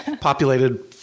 populated